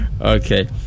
Okay